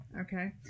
Okay